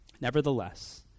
Nevertheless